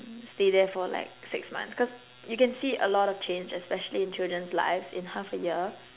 stay there for like six months cause you can see a lot of change especially in children's lives in half a year